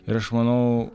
ir aš manau